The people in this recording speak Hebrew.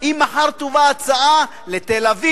אם מחר תובא ההצעה לתל-אביב,